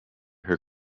her